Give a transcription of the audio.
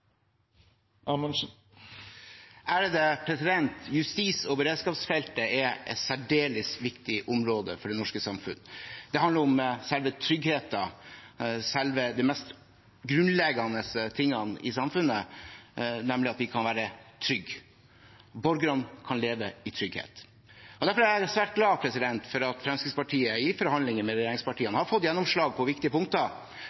Justis- og beredskapsfeltet er et særdeles viktig område for det norske samfunn. Det handler om selve tryggheten, det mest grunnleggende i samfunnet, nemlig at vi kan være trygge. Borgerne kan leve i trygghet. Derfor er jeg svært glad for at Fremskrittspartiet i forhandlingene med